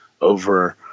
over –